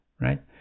right